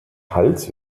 hals